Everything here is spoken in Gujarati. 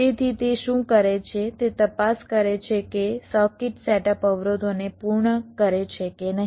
તેથી તે શું કરે છે તે તપાસ કરે છે કે સર્કિટ સેટઅપ અવરોધોને પૂર્ણ કરે છે કે નહીં